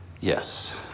Yes